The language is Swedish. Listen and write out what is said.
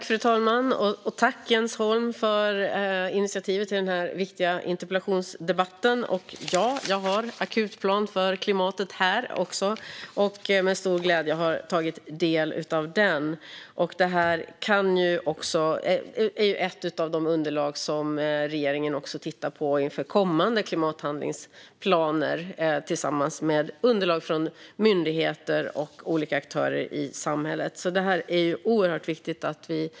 Fru talman! Tack, Jens Holm, för initiativet till den här viktiga interpellationsdebatten! Jag har akutplanen för klimatet här i min hand, och jag har med stor glädje tagit del av den. Det här är ett av de underlag som regeringen tittar på inför kommande klimathandlingsplaner tillsammans med underlag från myndigheter och olika aktörer i samhället. Det här är oerhört viktigt.